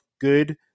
good